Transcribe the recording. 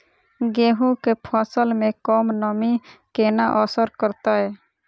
गेंहूँ केँ फसल मे कम नमी केना असर करतै?